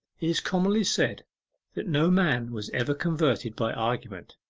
is commonly said that no man was ever converted by argument,